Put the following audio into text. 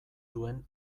duen